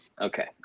Okay